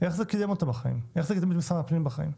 איך זה קידם את משרד הפנים בחיים?